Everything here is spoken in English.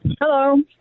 Hello